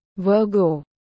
Virgo